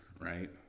right